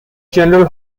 general